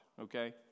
okay